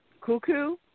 cuckoo